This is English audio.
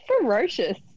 ferocious